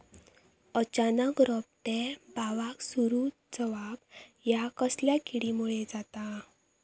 अचानक रोपटे बावाक सुरू जवाप हया कसल्या किडीमुळे जाता?